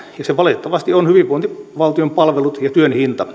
ja se valitettavasti on hyvinvointivaltion palvelut ja työn hinta